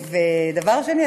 דבר שני,